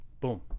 Boom